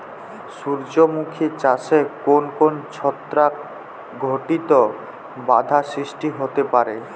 সূর্যমুখী চাষে কোন কোন ছত্রাক ঘটিত বাধা সৃষ্টি হতে পারে?